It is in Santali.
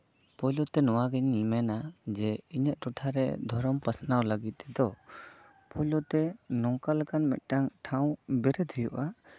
ᱯᱳᱭᱞᱳ ᱛᱮ ᱱᱚᱣᱟᱜᱤᱧ ᱢᱮᱱᱟ ᱡᱮ ᱤᱧᱟᱹᱜ ᱴᱚᱴᱷᱟᱨᱮ ᱫᱷᱚᱨᱚᱢ ᱯᱟᱥᱱᱟᱣ ᱞᱟᱹᱜᱤᱫ ᱛᱮᱫᱚ ᱯᱳᱭᱞᱳ ᱛᱮ ᱱᱚᱝᱠᱟ ᱞᱮᱠᱟᱱ ᱢᱤᱫᱴᱟᱱ ᱴᱷᱟᱶ ᱵᱮᱨᱮᱫ ᱦᱩᱭᱩᱜᱼᱟ